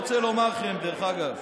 דרך אגב,